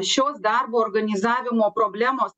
šios darbo organizavimo problemos